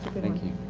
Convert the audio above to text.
thank you.